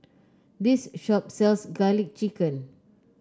this shop sells garlic chicken